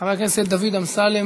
חבר הכנסת דוד אמסלם,